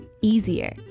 easier